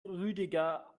rüdiger